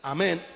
Amen